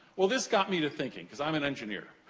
well, this got me to thinking, cause i'm an engineer,